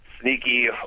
sneaky